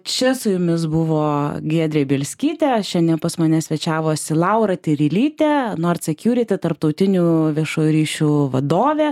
čia su jumis buvo giedrė bielskytė šiandien pas mane svečiavosi laura tyrylytė nord security tarptautinių viešųjų ryšių vadovė